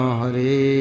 Hare